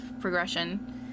progression